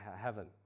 heaven